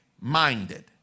minded